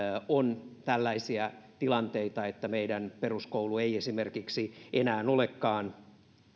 on tällaisia tilanteita että meidän peruskoulu ei esimerkiksi enää olekaan